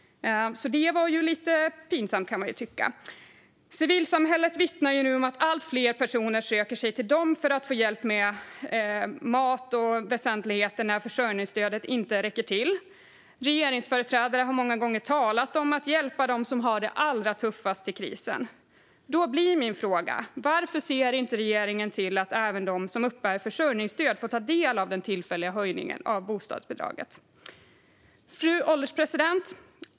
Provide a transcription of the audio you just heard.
Det var ju lite pinsamt, kan man tycka. Civilsamhället vittnar nu om att allt fler personer söker sig dit för att få hjälp med mat och väsentligheter när försörjningsstödet inte räcker till. Regeringsföreträdare har många gånger talat om att hjälpa dem som har det allra tuffast i krisen. Då blir min fråga: Varför ser inte regeringen till att även de som uppbär försörjningsstöd får ta del av den tillfälliga höjningen av bostadsbidraget? Fru ålderspresident!